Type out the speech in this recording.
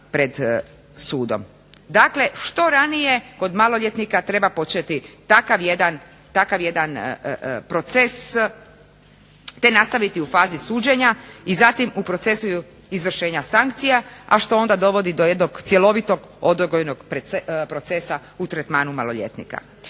Dakle što ranije kod maloljetnika treba početi takav jedan proces te nastaviti u fazi suđenja i zatim u procesu izvršenja sankcija, a što onda dovodi do jednog cjelovitog odgojnog procesa u tretmanu maloljetnika.